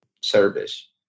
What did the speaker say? service